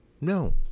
No